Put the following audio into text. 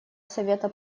совета